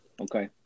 Okay